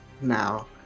now